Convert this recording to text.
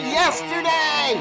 yesterday